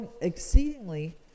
exceedingly